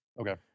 okay